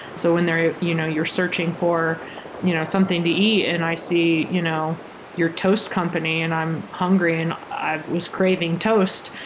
so when you know you're searching for you know something to eat and i see you know your toast company and i'm hungry and i was craving toast,